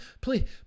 please